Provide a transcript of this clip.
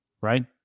right